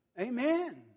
Amen